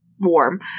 warm